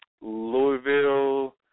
Louisville